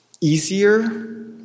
easier